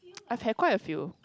I've had quite a few